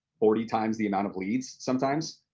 forty times the amount of leads sometimes,